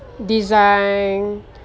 design